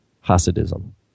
Hasidism